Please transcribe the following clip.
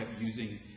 using